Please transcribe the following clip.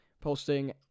posting